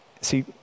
See